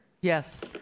Yes